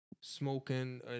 smoking